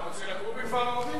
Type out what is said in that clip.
אתה רוצה לגור בכפר ערבי?